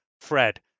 Fred